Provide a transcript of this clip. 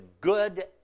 good